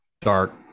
dark